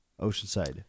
Oceanside